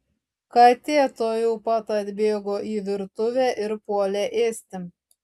katė tuojau pat atbėgo į virtuvę ir puolė ėsti